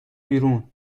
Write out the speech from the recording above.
بیرون